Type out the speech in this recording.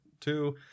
two